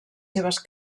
seves